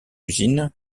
usine